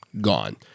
gone